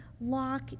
lock